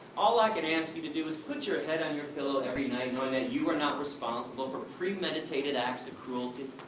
all i can ask you to do, is put your head on your pillow every night, and know and that you are not responsible for premeditated acts of cruelty.